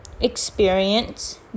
experience